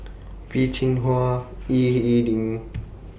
Peh Chin Hua Ying E Ding